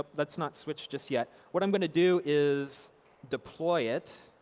let's not switch just yet. what i'm going to do is deploy it.